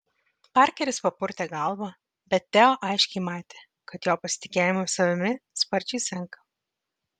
parkeris papurtė galvą bet teo aiškiai matė kad jo pasitikėjimas savimi sparčiai senka